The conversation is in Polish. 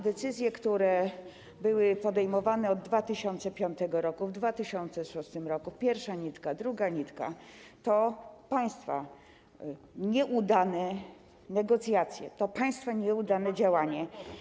Decyzje, które były podejmowane od 2005 r., w 2006 r., pierwsza nitka, druga nitka - to państwa nieudane negocjacje, to państwa nieudane działanie.